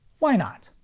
why not?